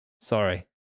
Sorry